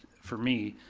for me,